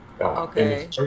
Okay